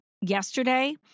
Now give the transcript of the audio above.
yesterday